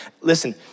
Listen